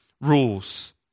rules